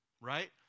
right